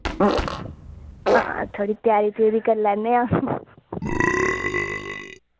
हां थोह्ड़ी त्यारी त्यूरी कर लैन्ने आं